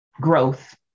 growth